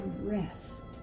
rest